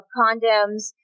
condoms